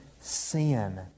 sin